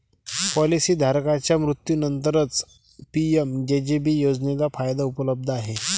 policy धारकाच्या मृत्यूनंतरच PMJJB योजनेचा फायदा उपलब्ध आहे